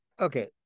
Okay